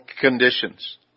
conditions